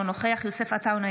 אינו נוכח יוסף עטאונה,